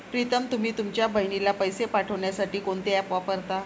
प्रीतम तुम्ही तुमच्या बहिणीला पैसे पाठवण्यासाठी कोणते ऍप वापरता?